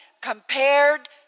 compared